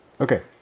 okay